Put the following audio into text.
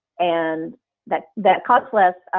and that that cost less,